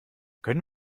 können